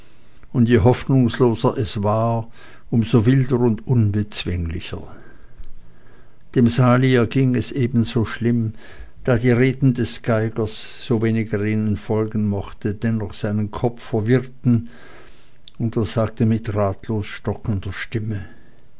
und je hoffnungsloser es war um so wilder und unbezwinglicher dem sali erging es ebenso schlimm da die reden des geigers sowenig er ihnen folgen mochte dennoch seinen kopf verwirrten und er sagte mit ratlos stockender stimme